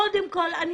קודם כל גם